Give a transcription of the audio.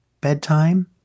bedtime